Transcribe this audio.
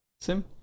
Sim